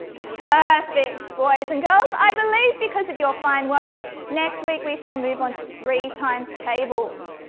perfect, boys and girls. i believe because of your fine work next week we shall move onto three times tables.